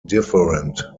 different